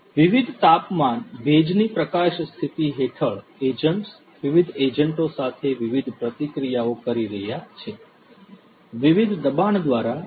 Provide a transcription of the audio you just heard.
વિવિધ તાપમાન ભેજની પ્રકાશ સ્થિતિ હેઠળ એજન્ટ્સ વિવિધ એજન્ટો સાથે વિવિધ પ્રતિક્રિયાઓ કરી રહ્યા છે વિવિધ દબાણ દ્વારા આધિન કરવામાં આવશે